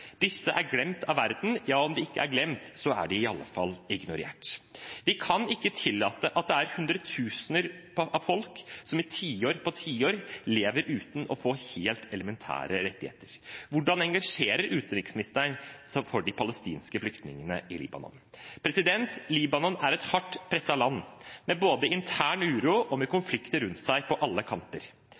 Disse er glemt av verden – ja, om de ikke er glemt, er de i alle fall ignorert. Vi kan ikke tillate at det er hundretusener av mennesker som i tiår på tiår lever uten å få helt elementære rettigheter. Hvordan engasjerer utenriksministeren seg for de palestinske flyktningene i Libanon? Libanon er et hardt presset land med både intern uro og konflikter rundt seg på alle kanter.